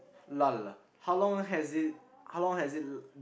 lull how long has it how long has it